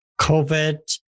COVID